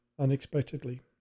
unexpectedly